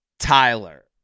Tyler